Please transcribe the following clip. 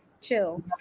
chill